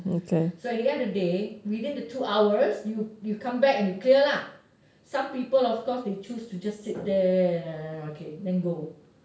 so at the end of the day within the two hours you come back and you clear lah some people of course they choose to just sit there okay and then go